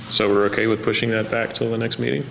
so we're ok with pushing it back to the next meeting